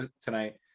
tonight